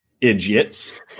idiots